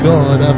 God